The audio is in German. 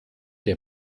der